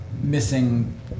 missing